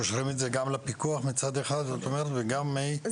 קושרים את זה גם לפיקוח מצד אחד וגם ליכולת